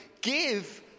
give